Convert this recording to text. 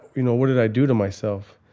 you know what did i do to myself?